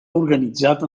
organitzat